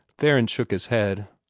theron shook his head.